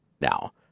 now